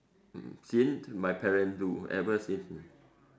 mmhmm seen my parents do ever seen ah